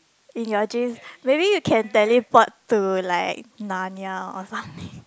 in your dreams maybe you can teleport to like Narnia or something